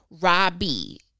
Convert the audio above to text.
Robbie